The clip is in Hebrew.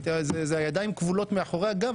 הידיים כבולות מאחורי הגב,